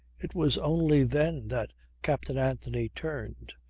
it was only then that captain anthony turned,